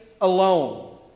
Alone